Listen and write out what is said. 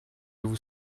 vous